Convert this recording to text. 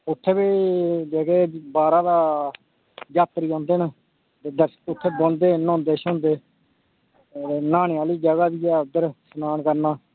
हां अच्छा